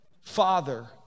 father